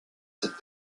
cette